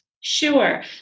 Sure